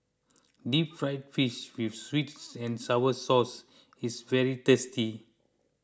Deep Fried Fish with Sweet and Sour Sauce is very tasty